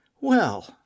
Well